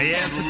Yes